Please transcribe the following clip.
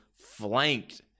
flanked